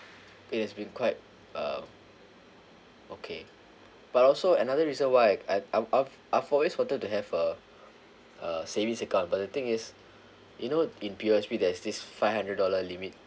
it has been quite uh okay but also another reason why I I've I've I've always wanted to have uh a savings account but the thing is you know in P_O_S_B there's this five hundred dollar limit